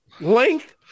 Length